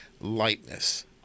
Lightness